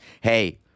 Hey